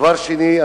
דבר שני,